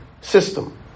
system